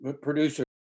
producer